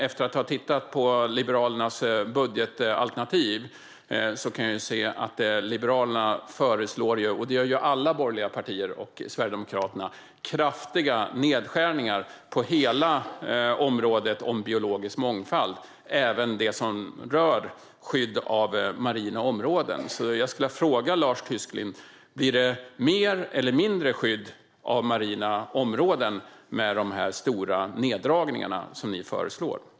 Efter att ha tittat på Liberalernas budgetalternativ kan jag se att Liberalerna, som alla borgerliga partier och Sverigedemokraterna, föreslår kraftiga nedskärningar på hela området biologisk mångfald, även det som rör skydd av marina områden. Jag vill därför fråga Lars Tysklind: Blir det mer eller mindre skydd av marina områden med de stora neddragningar som ni föreslår?